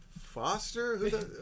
Foster